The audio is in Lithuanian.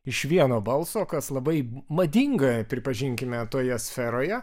iš vieno balso kas labai madinga pripažinkime toje sferoje